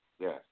Yes